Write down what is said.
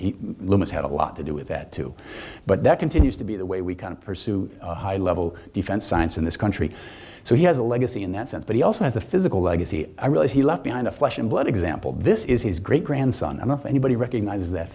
he had a lot to do with that too but that continues to be the way we kind of pursue high level defense science in this country so he has a legacy in that sense but he also has a physical legacy i realize he left behind a flesh and blood example this is his great grandson of anybody recognize that